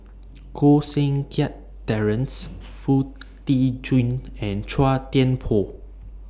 Koh Seng Kiat Terence Foo Tee Jun and Chua Thian Poh